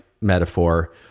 metaphor